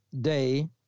day